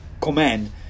command